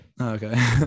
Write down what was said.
okay